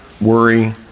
worry